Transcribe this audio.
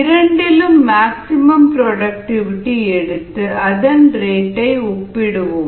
இரண்டிலும் maximum productivity எடுத்து அதன் ரேட்டை ஒப்பிடுவோம்